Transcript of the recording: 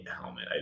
helmet